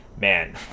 man